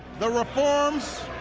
the reforms.